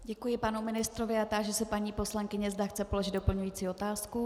Děkuji panu ministrovi a táži se paní poslankyně, zda chce položit doplňující otázku.